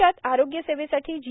देशात आरोग्य सेवेसाठी जी